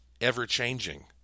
ever-changing